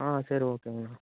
ஆ சரி ஓகேங்கண்ணா